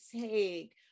take